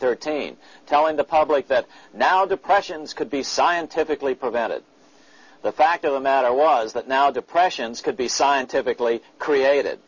thirteen telling the public that now depressions could be scientifically from about it the fact of the matter was that now depressions could be scientifically created